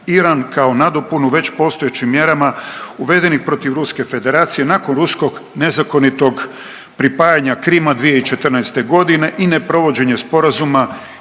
Iran kao nadopunu već postojećim mjerama uvedenih protiv Ruske federacije nakon ruskog nezakonitog pripajanja Krima 2014. godine i neprovođenje sporazuma